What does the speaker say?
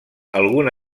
alguna